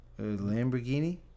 lamborghini